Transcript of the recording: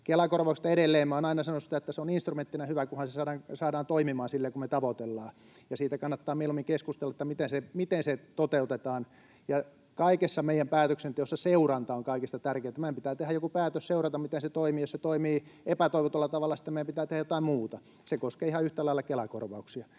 Kela-korvauksesta edelleen: Olen aina sanonut, että se on instrumenttina hyvä, kunhan se saadaan toimimaan silleen kuin me tavoitellaan. Siitä kannattaa mieluummin keskustella, miten se toteutetaan. Kaikessa meidän päätöksenteossa seuranta on kaikista tärkeintä. Meidän pitää tehdä joku päätös seurata, miten se toimii, ja jos se toimii epätoivotulla tavalla, sitten meidän pitää tehdä jotain muuta. Se koskee ihan yhtä lailla Kela-korvauksia.